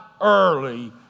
early